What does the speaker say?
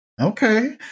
Okay